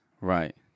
Right